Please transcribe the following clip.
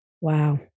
Wow